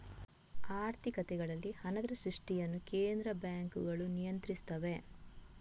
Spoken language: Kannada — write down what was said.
ಆರ್ಥಿಕತೆಗಳಲ್ಲಿ ಹಣದ ಸೃಷ್ಟಿಯನ್ನು ಕೇಂದ್ರ ಬ್ಯಾಂಕುಗಳು ನಿಯಂತ್ರಿಸುತ್ತವೆ